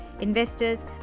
Investors